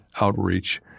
outreach